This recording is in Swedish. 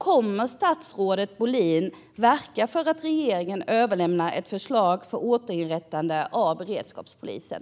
Kommer statsrådet Bohlin att verka för att regeringen överlämnar ett förslag om ett återinrättande av beredskapspolisen?